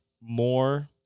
more